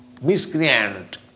miscreant